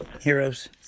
heroes